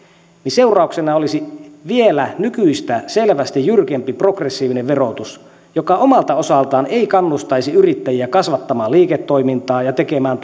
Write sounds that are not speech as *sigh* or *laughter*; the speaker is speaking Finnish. niin seurauksena olisi vielä nykyistä selvästi jyrkempi progressiivinen verotus joka omalta osaltaan ei kannustaisi yrittäjiä kasvattamaan liiketoimintaa ja tekemään *unintelligible*